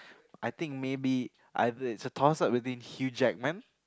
I think maybe either is a toss up between Hugh-Jackman